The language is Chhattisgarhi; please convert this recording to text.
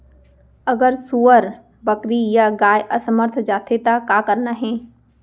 अगर सुअर, बकरी या गाय असमर्थ जाथे ता का करना हे?